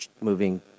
moving